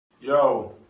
Yo